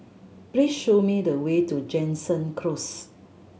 please show me the way to Jansen Close